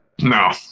No